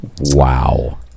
wow